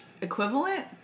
equivalent